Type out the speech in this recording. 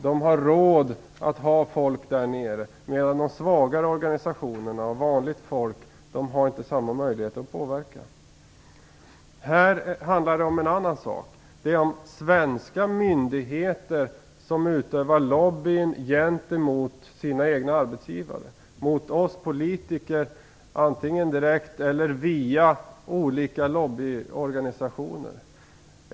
De har råd att ha medarbetare där nere, medan de svagare organisationerna och vanligt folk inte har samma möjligheter att påverka. Det handlar nu om något annat, nämligen om svenska myndigheter som utövar lobbying gentemot sina egna arbetsgivare, mot oss politiker antingen direkt eller via olika lobbyorganisationer.